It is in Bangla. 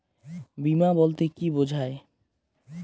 বিমা বলতে কি বোঝায়?